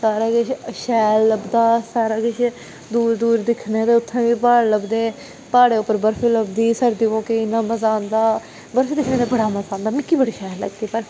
सारा किश शैल लभदा सारा किश दूर दूर दिक्खने ते उ'त्थें दें प्हाड़ लभदे प्हाडे़ं उप्पर बरफ लभदी सरदियें मौके इ'न्ना नजारा आंदा बरफ दिक्खने दा बड़ा मजा आंदा मिकी बड़ी शैल लगदी